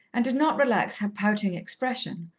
and did not relax her pouting expression,